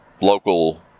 local